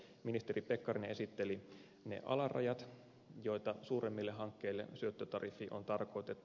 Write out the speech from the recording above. ministeri pekkarinen esitteli ne alarajat joita suuremmille hankkeille syöttötariffi on tarkoitettu